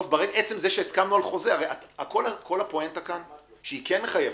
עצם זה שהסכמנו על חוזה - כל הפואנטה כאן שהיא כן מחייבת,